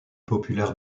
populaires